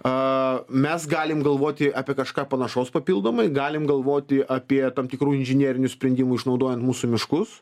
o mes galim galvoti apie kažką panašaus papildomai galim galvoti apie tam tikrų inžinerinių sprendimų išnaudojant mūsų miškus